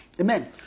Amen